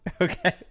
Okay